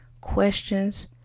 Questions